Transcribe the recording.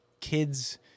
kids